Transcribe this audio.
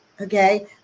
Okay